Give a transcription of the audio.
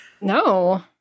no